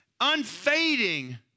unfading